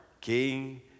King